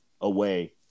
away